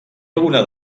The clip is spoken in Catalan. alguna